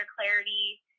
clarity